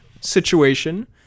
situation